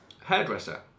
hairdresser